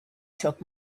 took